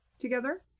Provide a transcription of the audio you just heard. together